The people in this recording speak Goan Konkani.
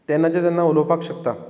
तेन्नाचें तेन्ना उलोवपाक शकतां